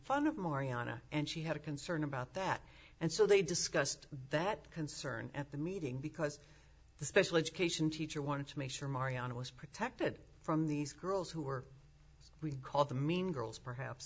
marianna and she had a concern about that and so they discussed that concern at the meeting because the special education teacher wanted to make sure marianna was protected from these girls who are we call the mean girls perhaps